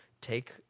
take